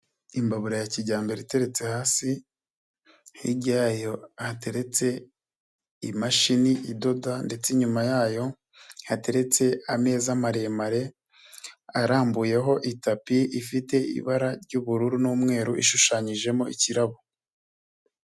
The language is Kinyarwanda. Imbabura ya kijyambere iteretse hasi hirya yayo hateretse imashini idoda ndetse inyuma yayo hateretse ameza maremare arambuyeho itapi ifite ibara ry'ubururu n'umweru ishushanyijemo ikirabo.